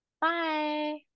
Bye